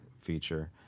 feature